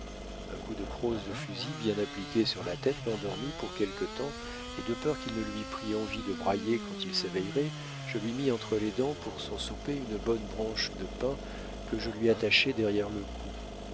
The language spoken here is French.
un coup de crosse de fusil bien appliqué sur la tête l'endormit pour quelque temps et de peur qu'il ne lui prît envie de brailler quand il s'éveillerait je lui mis entre les dents pour son souper une bonne branche du pin que je lui attachai derrière le cou